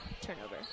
turnover